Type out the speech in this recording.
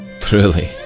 Truly